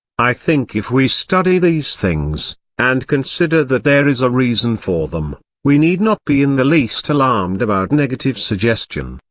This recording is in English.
i think if we study these things, and consider that there is a reason for them, we need not be in the least alarmed about negative suggestion,